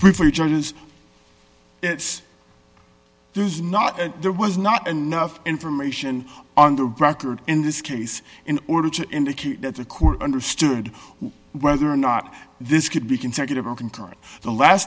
briefly judges there's not there was not enough information on the record in this case in order to indicate that the court understood whether or not this could be consecutive or concurrent the last